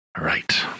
Right